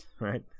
Right